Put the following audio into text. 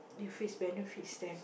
if its benefits them